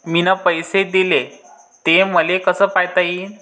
मिन पैसे देले, ते मले कसे पायता येईन?